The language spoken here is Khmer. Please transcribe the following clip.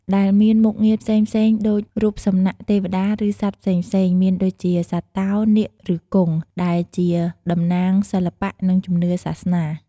ដែលមានមុខងារផ្សេងៗដូច រូបសំណាកទេវតា ឬសត្វផ្សេងៗ មានដូចជា សត្វតោ នាគ ឬគង់ ដែលជាតំណាងសិល្បៈ និងជំនឿសាសនា។